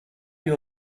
your